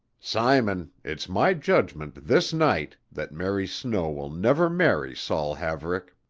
simon, it's my judgment this night that mary snow will never marry saul haverick.